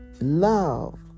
love